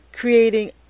creating